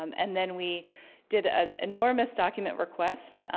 um and then we did an enormous document request.